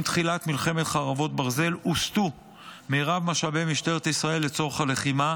עם תחילת מלחמת חרבות ברזל הוסטו מרב משאבי משטרת ישראל לצורך הלחימה,